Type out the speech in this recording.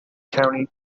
county